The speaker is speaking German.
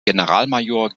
generalmajor